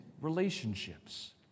relationships